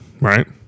right